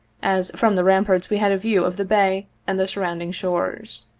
as from the ramparts we had a view of the bay and the surrounding shores.